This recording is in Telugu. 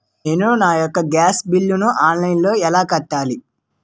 నేను నా యెక్క గ్యాస్ బిల్లు ఆన్లైన్లో ఎలా కట్టాలి?